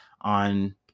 on